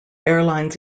airlines